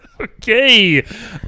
Okay